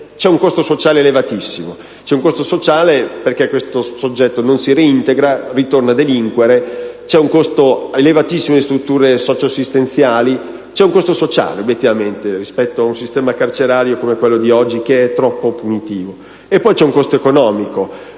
c'è un costo sociale elevatissimo perché quel soggetto non si reintegra e ritorna a delinquere. C'è un costo elevatissimo di strutture socio-assistenziali a causa di un sistema carcerario, come quello di oggi, troppo punitivo. E poi vi è un costo economico.